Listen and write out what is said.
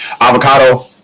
Avocado